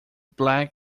black